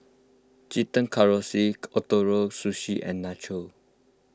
Chicken Casserole Ootoro Sushi and Nachos